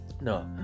No